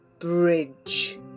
Bridge